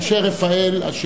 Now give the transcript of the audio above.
רפא"ל ו"אלתא".